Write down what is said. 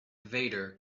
vader